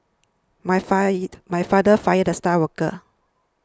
my fired my father fired the star worker